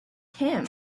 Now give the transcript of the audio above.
him